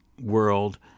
world